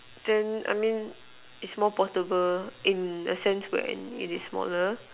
then I mean it's more portable in a sense where in it is smaller